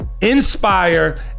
inspire